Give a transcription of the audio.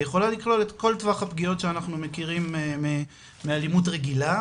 יכולה לכלול את כל טווח הפגיעות שאנחנו מכירים מאלימות רגילה,